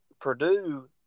Purdue